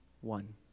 one